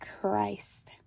Christ